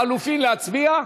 לחלופין, להצביע?